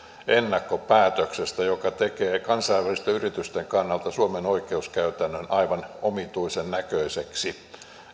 ennakkopäätöksestä joka tekee kansainvälisten yritysten kannalta suomen oikeuskäytännön aivan omituisen näköiseksi